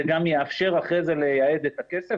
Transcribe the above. זה גם יאפשר אחר כך לייעד את הכסף.